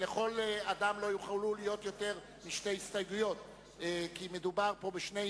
אם ועדת הכספים עדיין לא תסיים את דיוניה אנחנו נכריז על הפסקה.